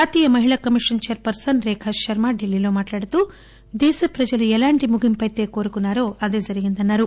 జాతీయ మహిళా commission chairperson Rekha Sharma ఢిల్లీలో మాట్లాడుతూ దేశప్రజలు ఎలాంటి ముగింపు అయితే కోరుకున్నా రో అదే జరిగిందని అన్నారు